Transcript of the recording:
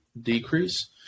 decrease